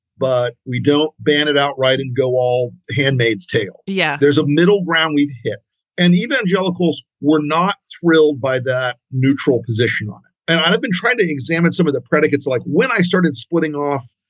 but we don't ban it outright and go all handmaid's tale. yeah there's a middle ground we've hit and evangelicals were not thrilled by that neutral position on it. and i've been trying to examine some of the predicates, like when i started splitting off.